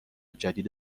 جدید